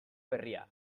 berria